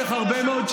מה קרה,